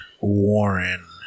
Warren